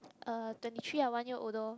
uh twenty three I'm one year older lor